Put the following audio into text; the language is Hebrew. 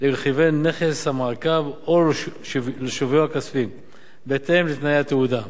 לרכיבי נכס המעקב או לשוויו הכספי בהתאם לתנאי התעודה.